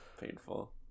painful